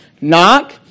Knock